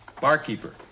Barkeeper